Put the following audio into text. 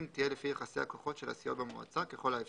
תהיה לפי יחסי הכוחות של הסיעות במועצה ככל האפשר.